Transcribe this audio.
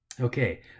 Okay